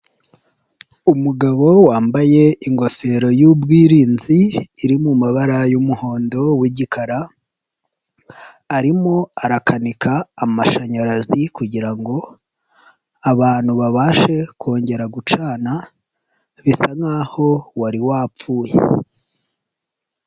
Umugabo wambaye ingofero y'ubwirinzi iri mu mabara y'umuhondo wigikara, arimo arakanika amashanyarazi kugira ngo abantu babashe kongera gucana bisa nkaho wari wapfuye.